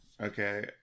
Okay